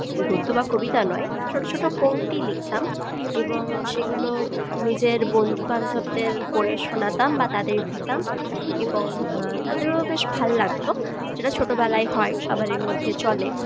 গদ্য বা কবিতা নয় ছোট ছোট পংক্তি লিখতাম এবং সেগুলো নিজের বন্ধুবান্ধবদের পড়ে শোনাতাম বা তাদের দিতাম এবং তাদেরও বেশ ভাল্লাগতো যেটা ছোটবেলায় হয় সবারই মধ্যে চলে